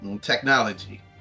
Technology